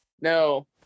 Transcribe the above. No